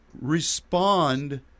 respond